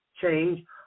change